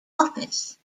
office